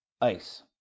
ice